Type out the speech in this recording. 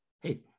Hey